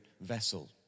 vessel